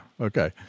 Okay